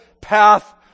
path